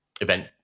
event